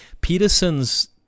Peterson's